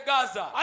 Gaza